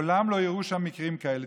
מעולם לא אירעו שם מקרים כאלה.